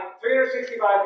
365